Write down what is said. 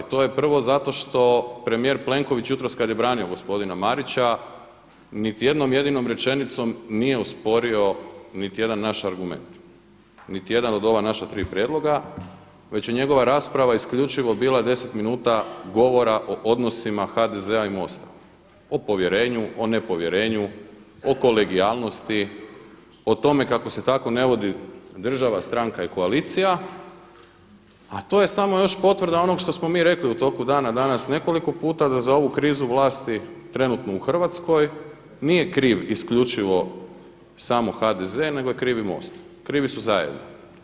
To je prvo, zato što premijer Plenković jutros kada je branio gospodina Marića niti jednom jedinom rečenicom nije osporio niti jedan naš argument, niti jedan od ova naša tri prijedloga, već je njegova rasprava isključivo bila deset minuta govora o odnosima HDZ-a i MOST-a, o povjerenju, o nepovjerenju, o kolegijalnosti, o tome kako se tako ne vodi država, stranka i koalicija, a to je samo još potvrda onog što smo mi rekli u toku dana danas nekoliko puta da za ovu krizu vlasti trenutnu u Hrvatskoj nije kriv isključivo samo HDZ nego kriv i MOST, krivi su zajedno.